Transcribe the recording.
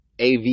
AV